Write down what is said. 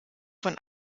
von